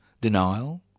Denial